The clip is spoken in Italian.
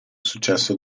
successo